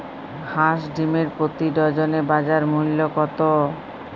হাঁস ডিমের প্রতি ডজনে বাজার মূল্য কত?